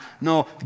No